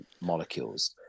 molecules